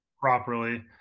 properly